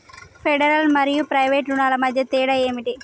Federal మరియు private రుణాల మధ్య తేడా ఏమిటి?